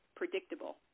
predictable